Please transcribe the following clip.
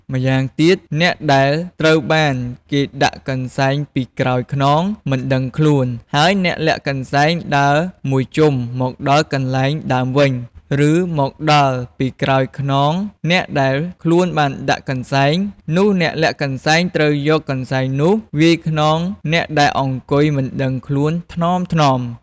ម្យ៉ាងទៀត អ្នកដែលត្រូវបានគេដាក់កន្សែងពីក្រោយខ្នង មិនដឹងខ្លួន ហើយអ្នកលាក់កន្សែងដើរមួយជុំមកដល់កន្លែងដើមវិញ ឬមកដល់ពីក្រោយខ្នងអ្នកដែលខ្លួនបានដាក់កន្សែង នោះអ្នកលាក់កន្សែងត្រូវយកកន្សែងនោះ វាយខ្នងអ្នកដែលអង្គុយមិនដឹងខ្លួន ថ្នមៗ។